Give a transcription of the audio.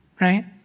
right